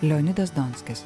leonidas donskis